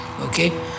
okay